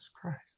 Christ